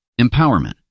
Empowerment